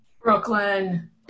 Brooklyn